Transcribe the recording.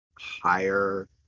higher